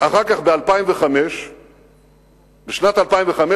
אחר כך, חבר הכנסת חנין,